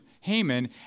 Haman